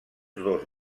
dos